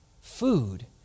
food